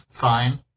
fine